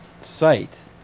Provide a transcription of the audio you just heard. site